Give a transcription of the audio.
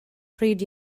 pryd